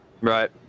Right